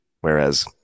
whereas